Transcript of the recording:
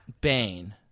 Bane